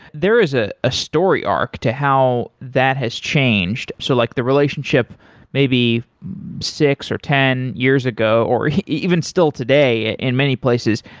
there is a ah story arc to how that has changed. so like the relationship maybe six or ten years ago, or even still today ah in many places,